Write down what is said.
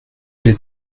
l’ai